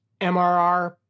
MRR